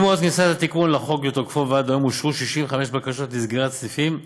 ממועד כניסת התיקון לחוק לתוקפו ועד היום אושרו 65 בקשות לסגירת סניפים,